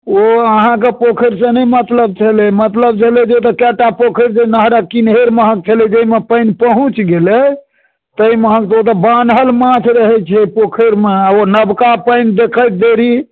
ओ अहाँके पोखरिस नहि मतलब छलै मतलब छलै जे एतय कै टा पोखरि छै जे नहरक किन्हैर महक छलै जाहिमे पानि पहुँच गेलै ताहि महक ओ तऽ बान्हल माछ रहै छै पोखरिमे आ ओ नवका पानि देखैत देरी